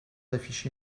d’afficher